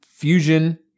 Fusion